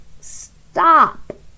stop